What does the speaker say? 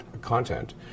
content